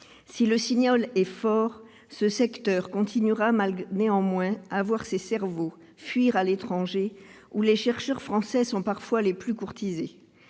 Si le signal est fort, ce secteur continuera néanmoins à voir ses cerveaux fuir à l'étranger, où les chercheurs français sont parfois les plus courtisés.